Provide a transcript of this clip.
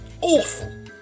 awful